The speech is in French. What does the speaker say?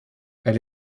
elle